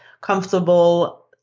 comfortable